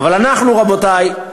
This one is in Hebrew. אבל אנחנו, רבותי,